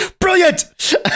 Brilliant